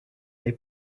they